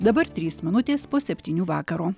dabar trys minutės po septynių vakaro